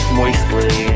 moistly